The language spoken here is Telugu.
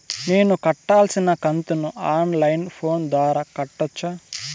నేను కట్టాల్సిన కంతును ఆన్ లైను ఫోను ద్వారా కట్టొచ్చా?